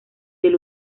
del